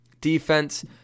defense